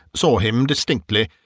saw him distinctly,